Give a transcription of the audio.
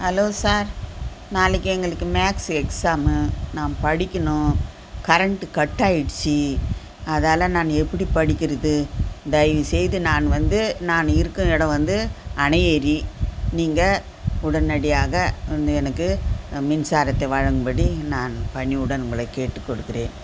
hello sir நாளைக்கு எங்களுக்கு maths exam நான் படிக்கணும் கரண்ட்டு கட் ஆகிடுச்சி அதால் நான் எப்படி படிக்கிறது தயவுசெய்து நான் வந்து நான் இருக்கும் இடம் வந்து அணையேறி நீங்கள் உடனடியாக வந்து எனக்கு மின்சாரத்தை வழங்கும் படி நான் பணிவுடன் உங்களை கேட்டுக்கொள்கிறேன்